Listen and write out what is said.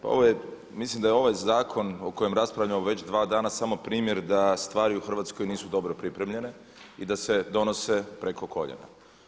Pa mislim da je ovaj zakon o kojem raspravljamo već dva dana samo primjer da stvari u Hrvatskoj nisu dobro pripremljene i da se donose preko koljena.